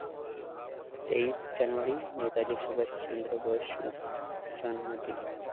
ᱛᱮᱭᱤᱥ ᱡᱟᱱᱩᱣᱟᱨᱤ ᱱᱮᱛᱟᱡᱤ ᱥᱩᱵᱷᱟᱥ ᱪᱚᱱᱫᱽᱨᱚ ᱵᱚᱥᱩᱨ ᱡᱚᱱᱢᱚ ᱫᱤᱱ